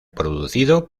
producido